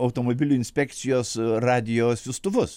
automobilių inspekcijos radijo siųstuvus